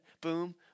Boom